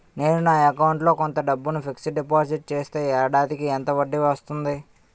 నేను నా అకౌంట్ లో కొంత డబ్బును ఫిక్సడ్ డెపోసిట్ చేస్తే ఏడాదికి ఎంత వడ్డీ వస్తుంది?